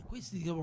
Questi